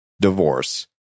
Divorce